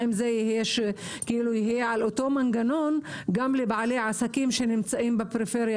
האם זה יהיה על אותו מנגנון גם לבעלי עסקים שנמצאים בפריפריה